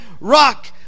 rock